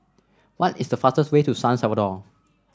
what is the fastest way to San Salvador